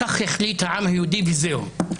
כך החליט העם היהודי וזהו.